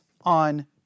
on